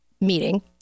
meeting